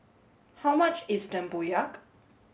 how much is Tempoyak